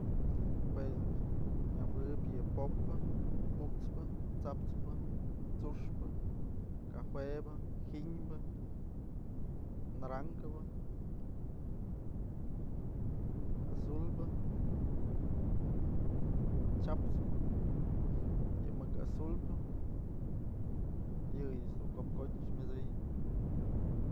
Juech dun nëjuëb yë pop'pë, put's pë, tsa'ap pë, tsu'uxpë, cajuebë, giñbë, naranjëbë, azulbë, ukchyaps pë, yë mëk azulpë, yëyëch dun kopkotyë myët'sëyëp.